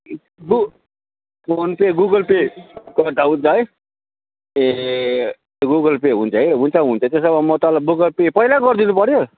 गु phone pay Google pay गर्दा हुन्छ है ए गुगल पे हुन्छ है हुन्छ हुन्छ त्यसो भए म तपाईँलाई गुगल पे पहिल्यौ गरिदिनु पऱ्यो